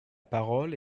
parole